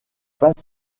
passe